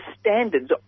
standards